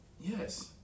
Yes